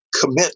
commit